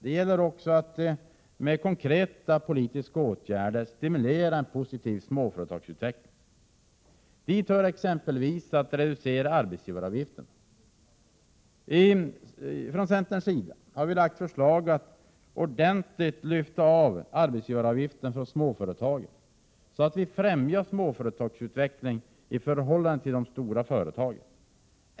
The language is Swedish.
Det gäller också att med konkreta politiska åtgärder stimulera en positiv småföretagsutveckling. Dit hör exempelvis att reducera arbetsgivaravgiften. Från centern har vi lagt förslag om att ordentligt lyfta av arbetsgivaravgiften från småföretagen så att det främjar småföretagens utveckling i förhållande till de stora företagen.